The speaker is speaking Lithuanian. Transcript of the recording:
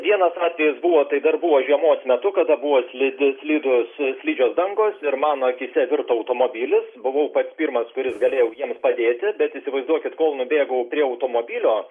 vienas atvejis buvo tai dar buvo žiemos metu kada buvo slidi slidūs slidžios dangos ir mano akyse virto automobilis buvau pats pirmas kuris galėjau jiems padėti bet įsivaizduokit kol nubėgau prie automobilio